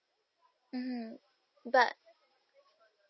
mmhmm but